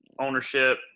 ownership